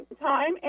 time